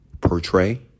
portray